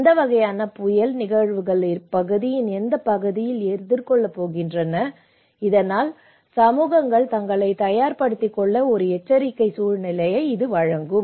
எந்த வகையான புயல் நிகழ்வுகள் இப்பகுதியின் எந்த பகுதியில் எதிர்கொள்ளப் போகின்றன இதனால் சமூகங்கள் தங்களைத் தயார்படுத்திக் கொள்ள ஒரு எச்சரிக்கை சூழ்நிலையை இது வழங்கும்